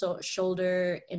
shoulder